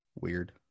Weird